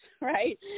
right